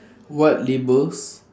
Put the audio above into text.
what labels